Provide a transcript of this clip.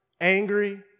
angry